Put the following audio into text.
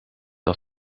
dat